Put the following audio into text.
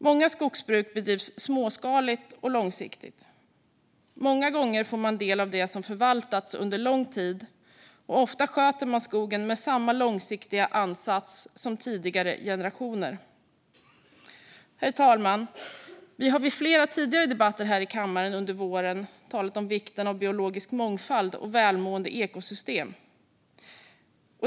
Många skogsbruk bedrivs småskaligt och långsiktigt. Många gånger får man del av det som förvaltats under lång tid, och ofta sköter man skogen med samma långsiktiga ansats som tidigare generationer. Herr talman! Vi har vid flera tidigare debatter här i kammaren under våren talat om vikten av biologisk mångfald och välmående ekosystem.